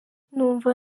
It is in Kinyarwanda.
numva